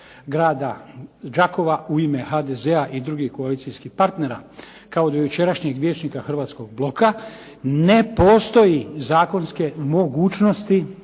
grada Đakova u ime HDZ-a i drugih koalicijskih partnera, kao do jučerašnjih vijećnika Hrvatskog bloka ne postoji zakonske mogućnosti